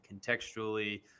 contextually